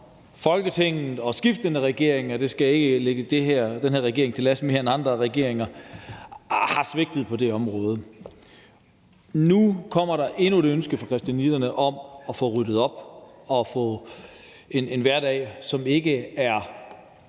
har svigtet på det her område, men det skal ikke ligge den her regering til last mere end andre regeringer. Nu kommer der endnu et ønske fra christianitternes side om at få ryddet op og få en hverdag, som ikke er